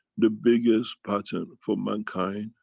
the biggest pattern for mankind,